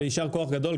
יישר כוח גדול.